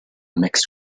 mixed